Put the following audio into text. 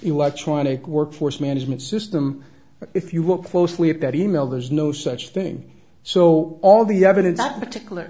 electronic workforce management system but if you look closely at that e mail there is no such thing so all the evidence that particular